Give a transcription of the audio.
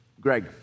Greg